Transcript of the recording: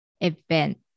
event